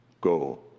go